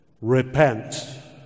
Repent